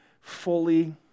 fully